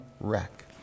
wreck